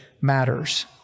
matters